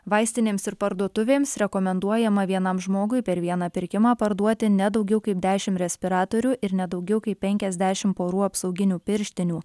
vaistinėms ir parduotuvėms rekomenduojama vienam žmogui per vieną pirkimą parduoti ne daugiau kaip dešimt respiratorių ir ne daugiau kaip penkiasdešimt porų apsauginių pirštinių